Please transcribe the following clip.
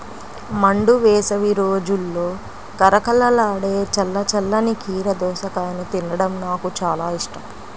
మండు వేసవి రోజుల్లో కరకరలాడే చల్ల చల్లని కీర దోసకాయను తినడం నాకు చాలా ఇష్టం